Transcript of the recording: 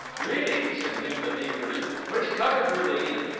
really, said gimblet eagerly, which cupboard were they in?